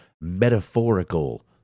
metaphorical